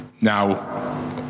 now